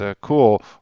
cool